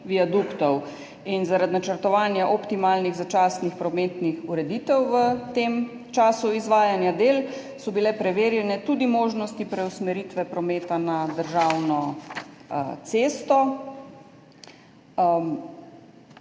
viaduktov. In zaradi načrtovanja optimalnih začasnih prometnih ureditev v tem času izvajanja del so bile preverjene tudi možnosti preusmeritve prometa na državno cesto.